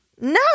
No